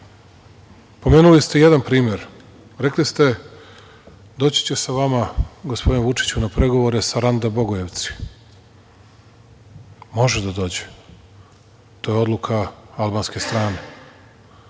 (Aplauz)Pomenuli ste jedan primer, rekli ste, doći će sa vama, gospodine Vučiću, na pregovore sa Saranda Bogojevci. Može da dođe, to je odluka albanske strane.